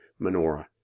menorah